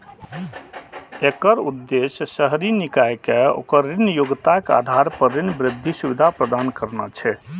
एकर उद्देश्य शहरी निकाय कें ओकर ऋण योग्यताक आधार पर ऋण वृद्धि सुविधा प्रदान करना छै